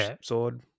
sword